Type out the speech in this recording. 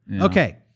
Okay